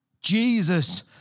Jesus